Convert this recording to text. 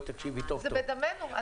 זה בדמנו.